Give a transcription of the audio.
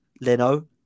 Leno